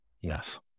Yes